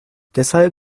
deshalb